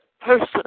person